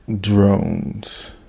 Drones